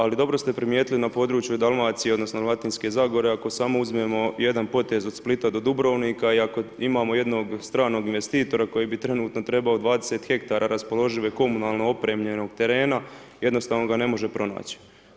Ali dobro ste primijetili na području Dalmacije odnosno Dalmatinske Zagore ako samo uzmemo jedan potez od Splita do Dubrovnika i ako imamo jednog stranog investitora koji bi trenutno trebao 20 hektara raspoložive komunalno opremljenog terena, jednostavno ga ne može pronaći.